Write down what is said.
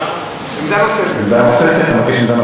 אני יכול לשאול שאלה?